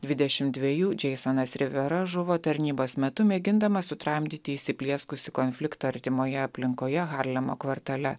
dvidešim dvejų džeisonas rivera žuvo tarnybos metu mėgindamas sutramdyti įsiplieskusį konfliktą artimoje aplinkoje harlemo kvartale